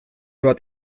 bat